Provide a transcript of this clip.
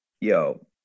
yo